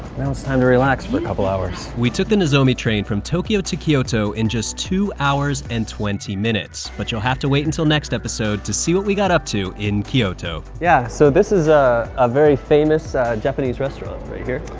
it's time to relax for a couple hours. we took the nozomi train from tokyo to kyoto in just two hours and twenty minutes, but you'll have to wait until next episode to see what we got up to in kyoto. yeah, so this is ah a very famous japanese restaurant right here?